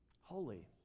holy